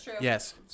yes